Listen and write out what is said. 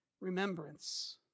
remembrance